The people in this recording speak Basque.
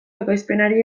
ekoizpenari